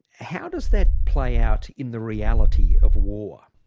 how does that play out in the reality of war?